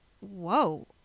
whoa